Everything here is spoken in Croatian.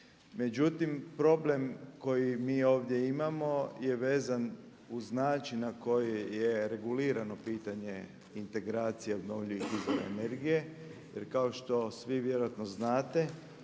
Međutim problem koji mi ovdje imamo je vezan uz način na koji je regulirano pitanje integracije obnovljivih izvora energije jer kao što svi vjerojatno znate